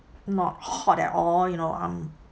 not hot at all you know um